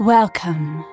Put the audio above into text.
Welcome